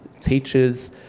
teachers